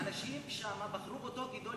והאנשים שם בחרו בו כדי